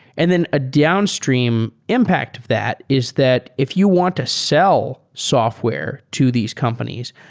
and then a downstream impact of that is that if you want to sell software to these companies,